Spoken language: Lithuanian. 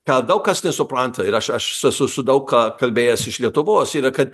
tą daug kas nesupranta ir aš aš esu su daug ką kalbėjęs iš lietuvos yra kad